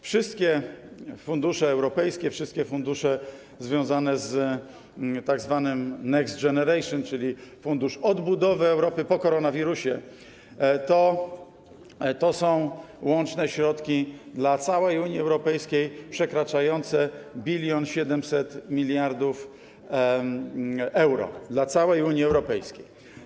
Wszystkie fundusze europejskie, wszystkie fundusze związane z tzw. next generation, czyli fundusz odbudowy Europy po koronawirusie, to są łączne środki dla całej Unii Europejskiej przekraczające 1700 mld euro, dla całej Unii Europejskiej.